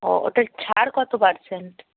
ও ওটার ছাড় কত পার্সেন্ট